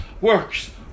works